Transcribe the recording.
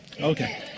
Okay